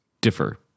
differ